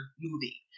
movie